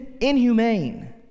inhumane